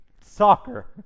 soccer